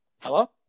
hello